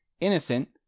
Innocent